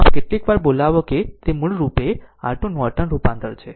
આમ કેટલીકવાર બોલાવો કે તે મૂળ રૂપે R2 નોર્ટન રૂપાંતર છે